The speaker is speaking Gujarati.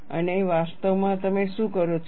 અને વાસ્તવમાં તમે શું કરો છો